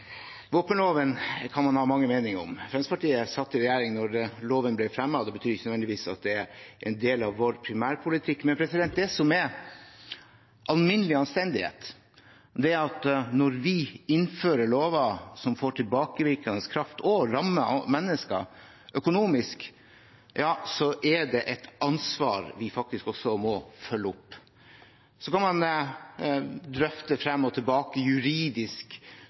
en del av vår primærpolitikk. Men det som er alminnelig anstendighet, er at når vi innfører lover som får tilbakevirkende kraft og rammer mennesker økonomisk, er det et ansvar vi faktisk også må følge opp. Så kan man drøfte frem og tilbake juridisk